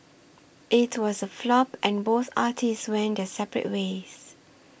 it was a flop and both artists went their separate ways